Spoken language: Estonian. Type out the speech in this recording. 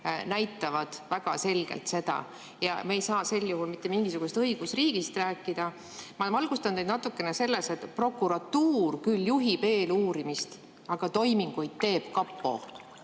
näitavad väga selgelt seda. Ja me ei saa sel juhul mitte mingisugusest õigusriigist rääkida. Ma valgustan teid natukene selles, et prokuratuur küll juhib eeluurimist, aga toiminguid teeb kapo.